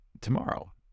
tomorrow